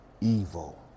evil